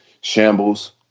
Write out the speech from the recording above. shambles